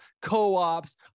Co-ops